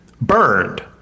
burned